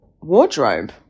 wardrobe